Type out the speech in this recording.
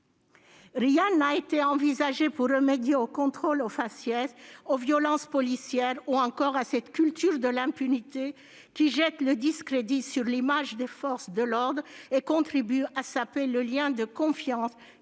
Rien n'a été envisagé non plus pour remédier aux contrôles au faciès, aux violences policières ou encore à cette culture de l'impunité qui jette le discrédit sur l'image des forces de l'ordre, et contribue à saper le lien de confiance